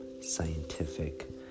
scientific